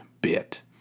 bit